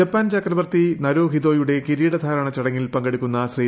Japan ചക്രവർത്തി നരുഹിതോയുടെ കിരീടധാരണ ചടങ്ങിൽ പങ്കെടുക്കുന്ന ശ്രീ